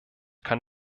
kann